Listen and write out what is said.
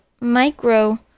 micro